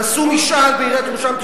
תעשו משאל בעיריית ירושלים,